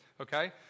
okay